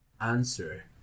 answer